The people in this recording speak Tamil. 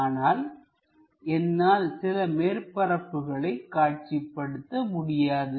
ஆனால் என்னால் சில மேற்பரப்புகளை காட்சிப்படுத்த முடியாது